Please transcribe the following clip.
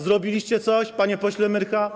Zrobiliście coś, panie pośle Myrcha?